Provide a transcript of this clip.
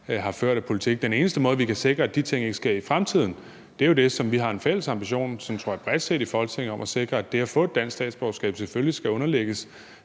har ført af politik. Den eneste måde, hvorpå vi kan sikre, at de ting ikke sker i fremtiden, er jo det, som vi har en fælles ambition, tror jeg bredt set, i Folketinget om, nemlig at sikre, at det at få et dansk statsborgerskab selvfølgelig skal underlægges